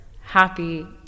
happy